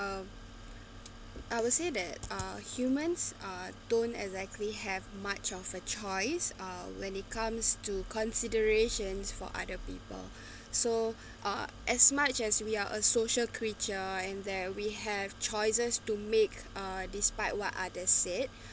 um I would say that uh humans are don't exactly have much of a choice uh when it comes to considerations for other people so uh as much as we are a social creature and there we have choices to make uh despite what others said